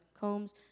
combs